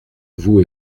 vous